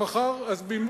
בינתיים,